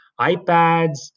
iPads